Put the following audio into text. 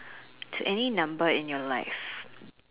any number in your life